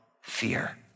fear